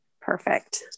perfect